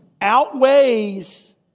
outweighs